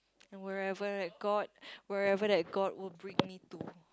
and wherever that God wherever that God will bring me to